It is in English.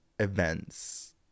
Events